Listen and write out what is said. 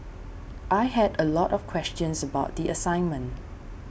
I had a lot of questions about the assignment